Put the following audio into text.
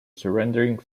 surrendering